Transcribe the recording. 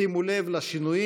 שימו לב לשינויים,